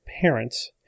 parents